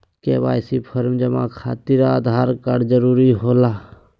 KYC form जमा खातिर Aadhaar card जरूरी होला?